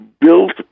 built